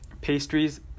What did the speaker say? pastries